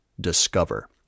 discover